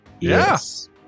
Yes